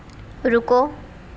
رکو